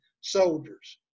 soldiers